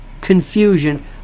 confusion